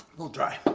little dry.